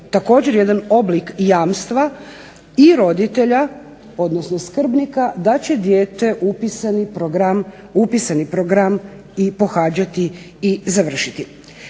također jedan oblik jamstva i roditelja, odnosno skrbnika, da će dijete upisani program i pohađati i završiti.